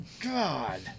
God